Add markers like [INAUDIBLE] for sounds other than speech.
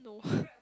no [BREATH]